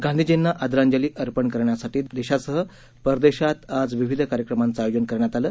गांधीजींना आदरांजली अर्पण करण्यासाठी देशभरासह परदेशात आज विविध कार्यक्रमांचं आयोजन करण्यात आलं